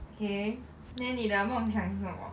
okay then 你的梦想是什么